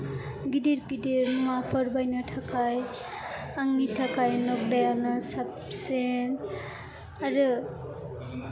गिदिर गिदिर मुवाफोर बायनो थाखाय आंनि थाखाय नग्दायानो साबसिन आरो